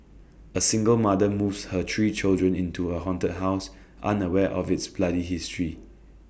A single mother moves her three children into A haunted house unaware of its bloody history